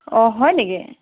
অ হয় নেকি